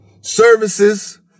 services